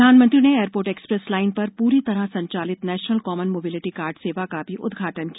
प्रधानमंत्री ने airport express line पर पूरी तरह संचालित नेशनल कॉमन मोबिलिटी कार्ड सेवा का भी उदघाटन किया